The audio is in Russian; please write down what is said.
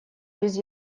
без